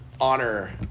Honor